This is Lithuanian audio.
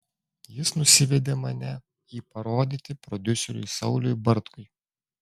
jis nusivedė mane į parodyti prodiuseriui sauliui bartkui